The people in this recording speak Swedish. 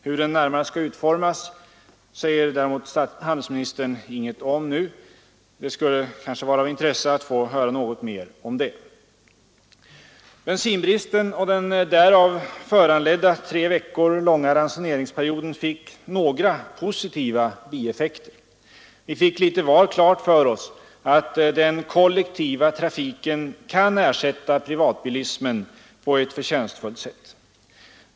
Hur den närmare skall utformas säger däremot handelsministern ingenting om nu — det skulle kanske vara av intresse att få höra något mer om det. Bensinbristen och den därav föranledda tre veckor långa ransoneringsperioden hade några positiva bieffekter. Vi fick litet var klart för oss att den kollektiva trafiken kan ersätta privatbilismen på ett förtjänstfullt sätt.